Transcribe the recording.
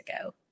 ago